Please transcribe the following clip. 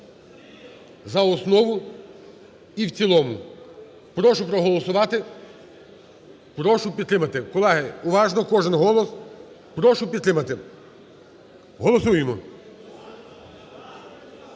за основу і в цілому. Прошу проголосувати. Прошу підтримати. Колеги, уважно кожен голос. Прошу підтримати. Голосуємо.